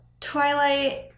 twilight